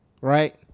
Right